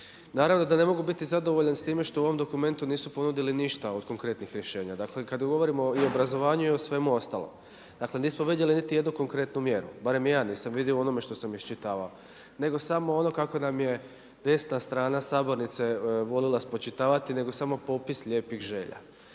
Naravno da ne mogu biti zadovoljan s time što u ovom dokumentu nisu ponudili ništa od konkretnih rješenja. Dakle kada govorimo i o obrazovanju i svemu ostalom nismo vidjeli niti jednu konkretnu mjeru, barem ja nisam vidio u onome što sam iščitavao nego samo ono kako nam je desna strana sabornice volila spočitavati nego samo popis lijepih želja.